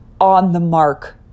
on-the-mark